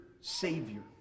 Savior